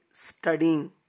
Studying